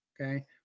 okay